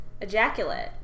ejaculate